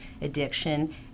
addiction